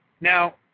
now